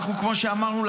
כמו שאמרנו,